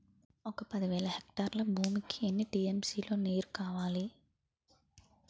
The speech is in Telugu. ఒక పది వేల హెక్టార్ల భూమికి ఎన్ని టీ.ఎం.సీ లో నీరు కావాలి?